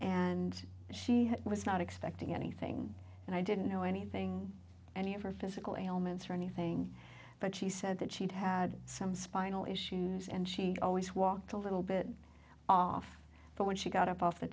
and she was not expecting anything and i didn't know anything any of her physical ailments or anything but she said that she'd had some spinal issues and she always walked a little bit off but when she got up off the